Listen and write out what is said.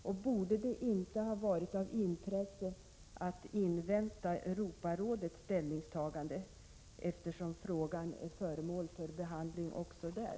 Och borde det inte ha varit av intresse att invänta Europarådets ställningstagande, eftersom frågan är föremål för behandling också där?